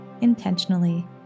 intentionally